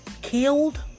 killed